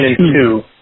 two